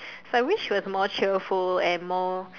I wish she was more cheerful and more